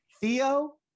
Theo